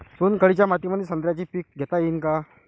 चुनखडीच्या मातीमंदी संत्र्याचे पीक घेता येईन का?